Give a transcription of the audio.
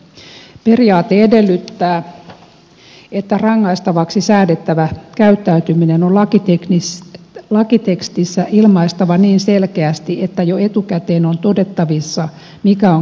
periaate edellyttää että rangaistavaksi säädettävä käyttäytyminen on lakitekstissä ilmaistava niin selkeästi että jo etukäteen on todettavissa mikä on kiellettyä